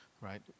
right